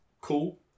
Cool